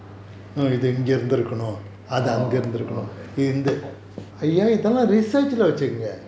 orh okay